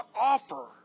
offer